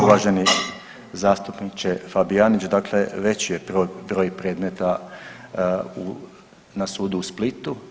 Uvaženi zastupniče Fabijanić, dakle veći je broj predmeta na sudu u Splitu.